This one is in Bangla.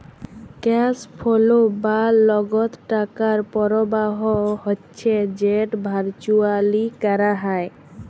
ক্যাশ ফোলো বা লগদ টাকার পরবাহ হচ্যে যেট ভারচুয়ালি ক্যরা হ্যয়